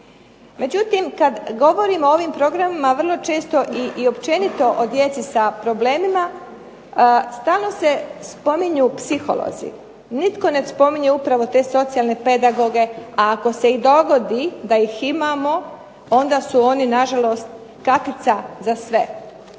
Međutim, kad govorimo o ovim programima vrlo često i općenito o djeci sa problemima stalno se spominju psiholozi. Nitko ne spominje upravo te socijalne pedagoge, a ako se i dogodi da ih imamo onda su oni nažalost kapica za sve.